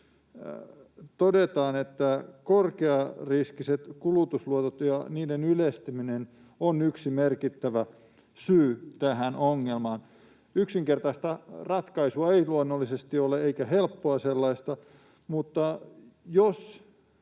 todetaan, että korkeariskiset kulutusluotot ja niiden yleistyminen on yksi merkittävä syy tähän ongelmaan. Yksinkertaista ratkaisua ei luonnollisesti ole, eikä helppoa sellaista, mutta jos